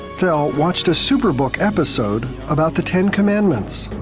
val watched a superbook episode about the ten commandments.